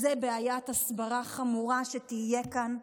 זו בעיית הסברה חמורה שתהיה כאן,